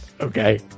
Okay